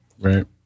Right